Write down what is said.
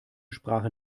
sprache